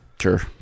Sure